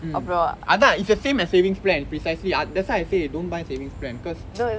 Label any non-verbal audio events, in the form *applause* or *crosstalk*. mm அதான்:athaan is the same as savings plan precisely ah that's why I say don't buy savings plan cause *noise*